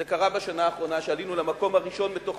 זה קרה בשנה האחרונה, שעלינו למקום הראשון מתוך